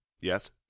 yes